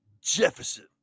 Jefferson